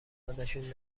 ازشون